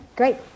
great